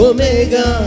Omega